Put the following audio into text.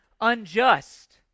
unjust